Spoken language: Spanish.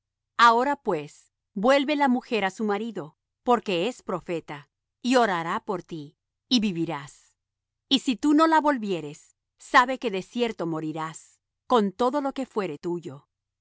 ahora pues vuelve la mujer á su marido porque es profeta y orará por ti y vivirás y si tú no la volvieres sabe que de cierto morirás con todo lo que fuere tuyo